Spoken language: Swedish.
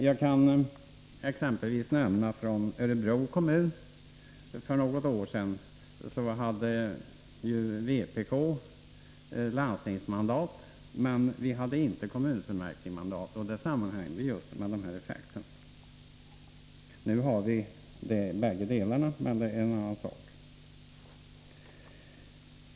Jag kan nämna som exempel att vpk i Örebro kommun för något år sedan hade landstingsmandat men inte kommunfullmäktigemandat, och det sammanhängde just med dessa effekter. Nu har vi bägge delarna, men det är en annan sak.